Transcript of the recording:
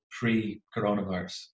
pre-coronavirus